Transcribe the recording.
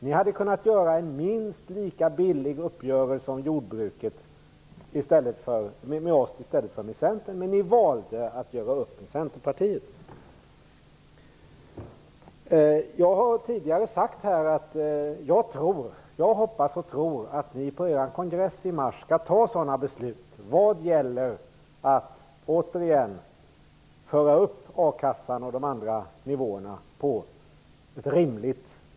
Ni hade kunnat träffa en minst lika billig uppgörelse om jordbruket med oss som ni gjorde med Centern. Ni valde dock att göra upp med Centerpartiet. Jag har tidigare sagt att jag hoppas och tror att ni på er kongress i mars skall fatta beslut om att återigen föra upp bl.a. a-kassan till en rimlig nivå igen.